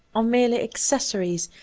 are merely accessories.